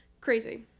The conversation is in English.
crazy